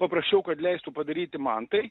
paprašiau kad leistų padaryti man tai